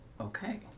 Okay